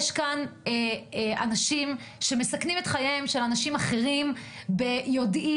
יש כאן אנשים שמסכנים את חייהם של אנשים אחרים ביודעין,